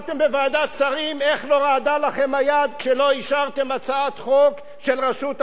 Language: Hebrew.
איך לא רעדה לכם היד כשלא אישרתם הצעת חוק של רשות אחת לניצולי שואה?